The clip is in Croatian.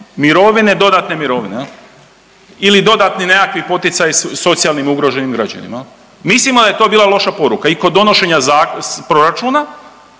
mirovine, dodatne mirovine, jel ili dodatni nekakvi poticaji socijalnim ugroženim građanima jel. Mislimo da je to bila loša poruka i kod donošenja za…, proračuna